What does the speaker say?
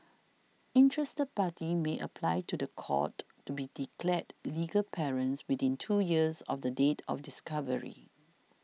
interested parties may apply to the court to be declared legal parents within two years of the date of discovery